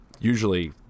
usually